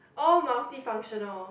all multi-functional